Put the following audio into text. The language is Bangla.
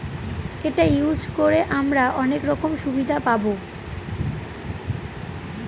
এটা ইউজ করে হামরা অনেক রকম সুবিধা পাবো